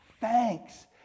thanks